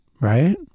right